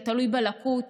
זה תלוי בלקות,